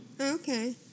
Okay